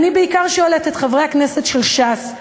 אני בעיקר שואלת את חברי הכנסת של ש"ס,